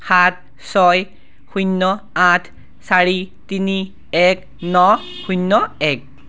সাত ছয় শূন্য আঠ চাৰি তিনি এক ন শূন্য এক